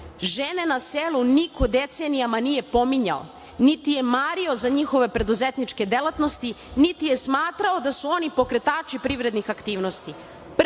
selu. Žene na selu niko decenijama nije pominjao, niti je mario za njihove preduzetničke delatnosti, niti je smatrao da su oni pokretači privrednih aktivnosti.